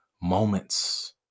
moments